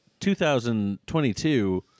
2022